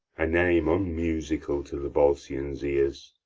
a name unmusical to the volscians' ears,